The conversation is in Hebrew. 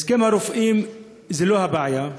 הסכם הרופאים זה לא הבעיה,